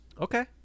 okay